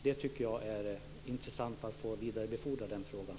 Jag tycker att det är intressant att få vidarebefordra den frågan.